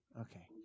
Okay